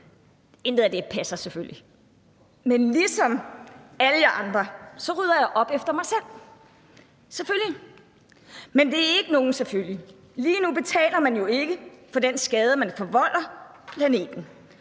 Intet af det passer selvfølgelig. Men ligesom alle jer andre rydder jeg op efter mig selv. Selvfølgelig! Men det er ikke nogen selvfølge. Lige nu betaler man jo ikke for den skade, man forvolder på planeten,